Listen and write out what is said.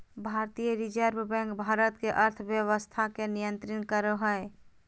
भारतीय reserve bank भारत के अर्थव्यवस्था के नियन्त्रित करो हइ